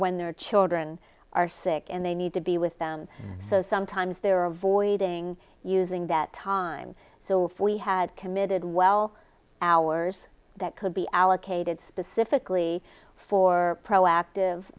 when their children are sick and they need to be with them so sometimes they're avoiding using that time so we had committed well hours that could be allocated specifically for proactive